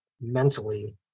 mentally